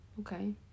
Okay